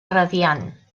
radiant